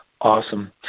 Awesome